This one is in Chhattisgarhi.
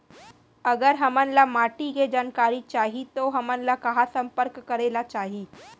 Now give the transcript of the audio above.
अगर हमन ला माटी के जानकारी चाही तो हमन ला कहाँ संपर्क करे ला चाही?